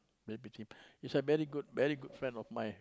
maybe tips he's a very good very good friend of mine